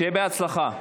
שיהיה בהצלחה.